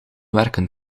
werken